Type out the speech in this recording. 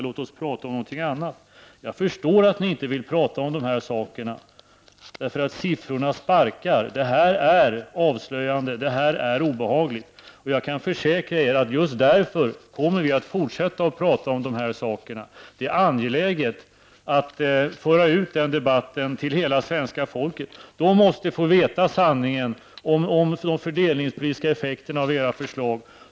Låt oss prata om någonting annat. Jag förstår att ni inte vill prata om de här sakerna. Siffrorna sparkar. Det här är avslöjande. Det här är obehagligt. Jag kan försäkra er att just därför kommer vi att fortsätta att prata om de här sakerna. Det är angeläget att föra ut den debatten till hela svenska folket. Det måste få veta sanningen om de fördelningspolitiska effekterna av era förslag.